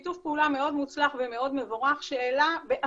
שיתוף פעולה מאוד מוצלח ומאוד מבורך